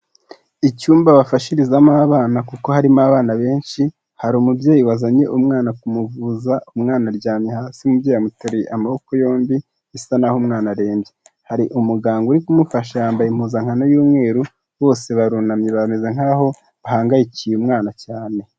Icyumba bafashirizamo abana kuko harimo abana benshi, hari umubyeyi wazanye umwana kumuvuza, umwana aryamye hasi , umubyeyi amuteyere amaboko yombi bisa n'aho umwana arembye, hari umuganga uri kumufasha yambaye impuzankano y'umweru, bose barunamye bameze nkaho bahangayikiye umwana cyane.